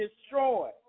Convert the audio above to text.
destroy